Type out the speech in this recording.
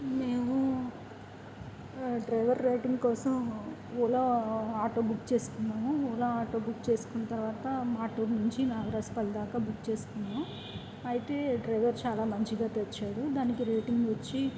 మేము driver rating కోసం Ola auto book చేసుకున్నాము ఓలా ఆటో బుక్ చేసుకున్న తర్వాత మాటూరు నుంచి నాగరాజు పల్లి దాకా బుక్ చేసుకున్నాము అయితే డ్రైవర్ చాలా మంచిగా తెచ్చాడు దానికి రేటింగ్ వచ్చి